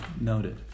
noted